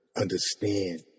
understand